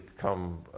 come